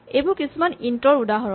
এইবোৰ কিছুমান ইন্ট ৰ উদাহৰণ